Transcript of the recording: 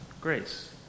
grace